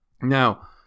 now